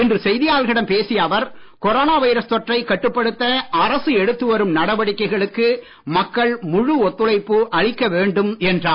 இன்று செய்தியாளர்களிடம் பேசிய அவர் கொரோனா வைரஸ் தொற்றை கட்டுப்படுத்த அரசு எடுத்துவரும் நடவடிக்கைகளுக்கு மக்கள் முழு ஒத்துழைப்பு அளிக்க வேண்டும் என்றார்